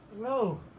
No